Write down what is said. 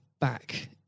back